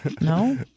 No